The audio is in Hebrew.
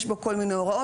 יש בו כל מיני הוראות.